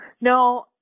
No